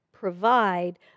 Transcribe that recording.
provide